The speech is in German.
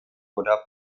oder